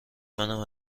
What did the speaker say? منم